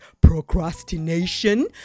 procrastination